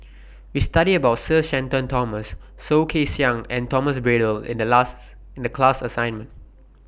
We studied about Sir Shenton Thomas Soh Kay Siang and Thomas Braddell in The class assignment